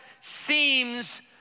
seems